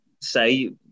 say